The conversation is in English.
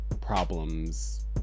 problems